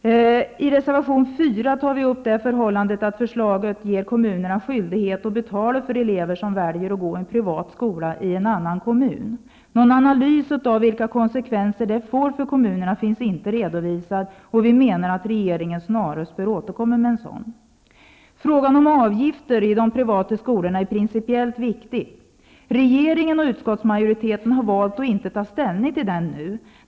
I reservation 4 tar vi upp det förhållandet att förslaget ger kommunerna skyldighet att betala för elever som väljer att gå i en privat skola i annan kommun. Någon analys av vilka konsekvenser det får för kommunerna finns inte redovisad. Vi menar att regeringen snarast bör återkomma med en sådan. Frågan om avgifter i de privata skolorna är principiellt viktig. Regeringen och utskottsmajoriteten har valt att inte ta ställning till den nu.